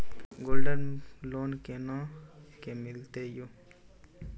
Gold loan कोना के मिलते यो?